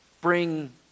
bring